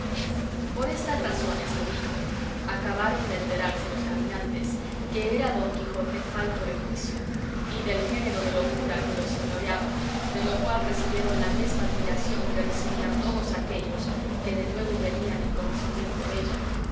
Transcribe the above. por estas razones que dijo acabaron de enterarse los caminantes que era don quijote falto de juicio y del género de locura que lo señoreaba de lo cual recibieron la mesma admiración que recibían todos aquellos que de nuevo venían en conocimiento della